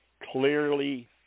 clearly